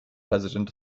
president